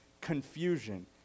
confusion